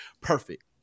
perfect